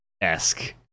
esque